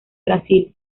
brasil